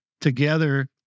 Together